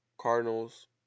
Cardinals